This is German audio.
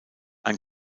ein